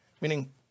Meaning